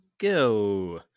go